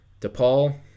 DePaul